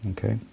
Okay